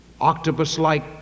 octopus-like